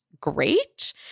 great